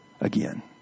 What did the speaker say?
again